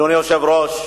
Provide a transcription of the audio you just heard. אדוני היושב-ראש,